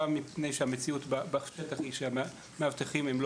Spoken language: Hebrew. גם מפני שהמציאות בשטח היא שהמאבטחים הם לא